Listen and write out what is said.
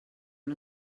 amb